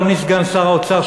אדוני סגן שר האוצר,